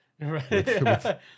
Right